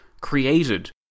created